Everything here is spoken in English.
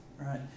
right